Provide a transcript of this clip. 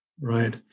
Right